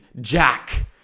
Jack